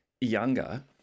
younger